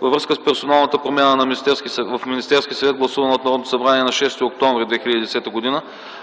Във връзка с персоналната промяна в Министерския съвет, гласувана от Народното събрание на 6 октомври 2010 г.,